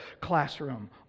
classroom